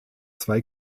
zwei